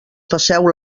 passeu